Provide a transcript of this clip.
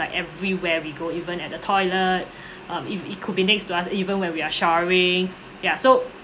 like everywhere we go even at the toilet um if it could be next to us even when we are showering ya so